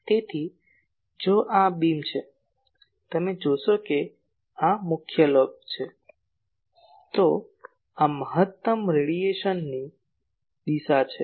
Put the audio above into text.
તેથી જો આ બીમ છે અને તમે જોશો કે જો આ મુખ્ય લોબ છે તો આ મહત્તમ રેડિયેશનની દિશા છે